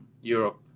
europe